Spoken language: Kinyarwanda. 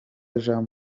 jean